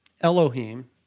Elohim